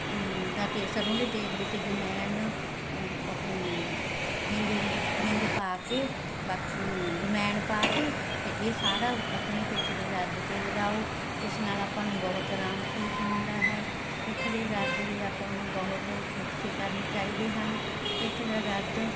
ਦਾ ਤੇਸਰੋਂ ਦੇ ਤੇਲ ਵਿੱਚ ਅਜਵਾਇਣ ਆਪਣੀ ਹਿੰਗ ਹੁੰਗ ਹਿੰਗ ਪਾ ਕੇ ਬਾਕੀ ਅਜਵਾਇਣ ਪਾ ਕੇ ਫਿਰ ਇਹ ਸਾਰਾ ਆਪਣੀ ਪਿੱਠ ਦੇ ਦਰਦ ਤੇ ਲਗਾਓ ਇਸ ਨਾਲ ਆਪਾਂ ਨੂੰ ਬਹੁਤ ਆਰਾਮ ਮਹਿਸੂਸ ਹੁੰਦਾ ਹੈ ਪਿੱਠ ਦੇ ਦਰਦ ਦੇ ਆਪਾਂ ਨੂੰ ਬਹੁਤ ਨੁਕਸੇ ਕਰਨੇ ਚਾਹੀਦੇ ਹਨ ਪਿੱਠ ਦਾ ਦਰਦ